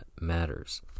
matters